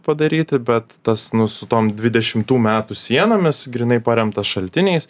padaryti bet tas nu su tom dvidešimtų metų sienomis grynai paremtas šaltiniais